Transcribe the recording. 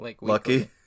Lucky